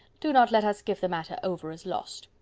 do not let us give the matter over as lost.